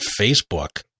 Facebook